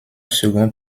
second